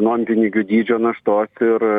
nuompinigių dydžio naštos ir